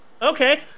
Okay